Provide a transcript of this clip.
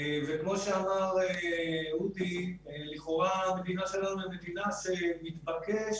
כמו שאמר אודי, המדינה שלנו היא מדינה שמתבקש